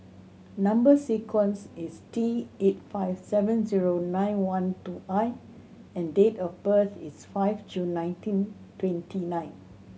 number sequence is T eight five seven zero nine one two I and date of birth is five June nineteen twenty nine